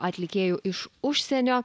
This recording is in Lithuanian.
atlikėjų iš užsienio